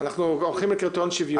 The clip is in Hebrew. אנחנו הולכים לקריטריון שוויוני.